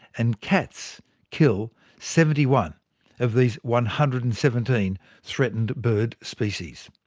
and cats kill seventy one of these one hundred and seventeen threatened bird species.